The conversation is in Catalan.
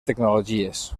tecnologies